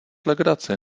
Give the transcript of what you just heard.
legraci